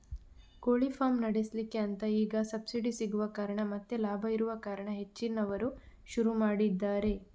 ಕೋಳಿ ಫಾರ್ಮ್ ನಡೆಸ್ಲಿಕ್ಕೆ ಅಂತ ಈಗ ಸಬ್ಸಿಡಿ ಸಿಗುವ ಕಾರಣ ಮತ್ತೆ ಲಾಭ ಇರುವ ಕಾರಣ ಹೆಚ್ಚಿನವರು ಶುರು ಮಾಡಿದ್ದಾರೆ